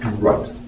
Right